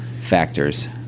factors